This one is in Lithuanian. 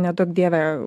neduok dieve